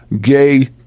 gay